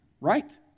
right